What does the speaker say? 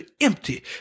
empty